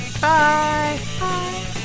bye